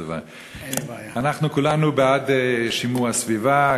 אנחנו כולנו בעד שימור הסביבה.